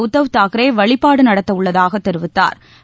உத்தவ் தாக்கரே வழிபாடு நடத்தவுள்ளதாக தெரிவித்தாா்